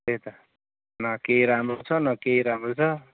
त्यही त न केही राम्रो छ न केही राम्रो छ